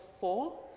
four